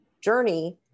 journey